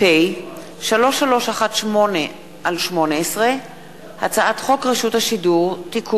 ביטול ההתחייבויות מול הרשות הפלסטינית,